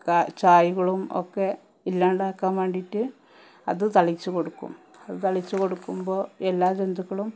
കാ ചായ്കളും ഒക്കെ ഇല്ലാണ്ടാക്കാൻ വേണ്ടീട്ട് അത് തളിച്ച് കൊടുക്കും അത് തളിച്ച് കൊടുക്കുമ്പോൾ എല്ലാ ജന്തുക്കളും